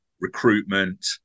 recruitment